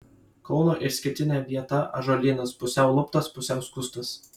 kauno išskirtinė vieta ąžuolynas pusiau luptas pusiau skustas